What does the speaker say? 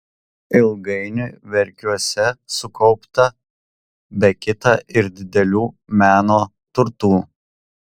ilgainiui verkiuose sukaupta be kita ir didelių meno turtų